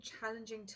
challenging